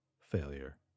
failure